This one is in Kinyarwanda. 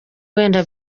wenda